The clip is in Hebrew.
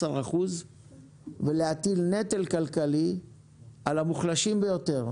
אחוזים ולהטיל נטל כלכלי על המוחלשים ביותר.